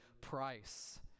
price